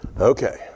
Okay